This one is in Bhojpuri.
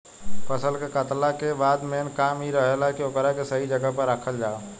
फसल के कातला के बाद मेन काम इ रहेला की ओकरा के सही जगह पर राखल जाव